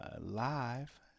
live